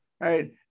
right